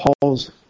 Paul's